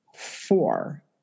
four